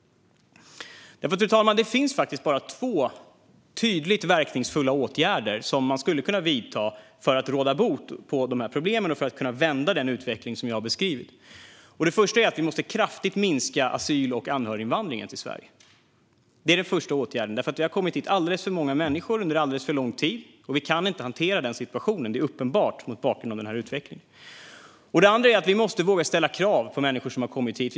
Fru talman! Det finns bara två tydligt verkningsfulla åtgärder som man skulle kunna vidta för att råda bot på problemen och vända den utveckling som jag har beskrivit. Den första åtgärden är att vi måste kraftigt minska asyl och anhöriginvandringen till Sverige. Det har kommit hit alldeles för många människor under alldeles för lång tid. Vi kan inte hantera den situationen. Det är uppenbart mot bakgrund av den här utvecklingen. Den andra åtgärden är att vi måste våga ställa krav på människor som har kommit hit.